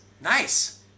Nice